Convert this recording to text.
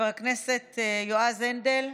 חבר הכנסת יועז הנדל,